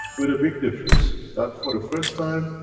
with a big difference, that for the first time,